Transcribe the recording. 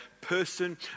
person